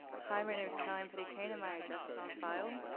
hi, my name is carolina petty kane. and my address is on file.